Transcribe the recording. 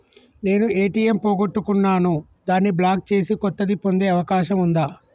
నేను ఏ.టి.ఎం పోగొట్టుకున్నాను దాన్ని బ్లాక్ చేసి కొత్తది పొందే అవకాశం ఉందా?